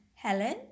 Helen